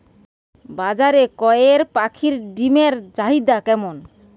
বাজারে কয়ের পাখীর ডিমের চাহিদা কেমন?